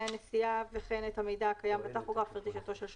הנסיעה וכן את המידע הקיים בטכוגרף לפי דרישתו של שוטר,